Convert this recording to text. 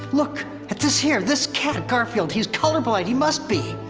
look, at this here! this cat, garfield, he's colorblind, he must be!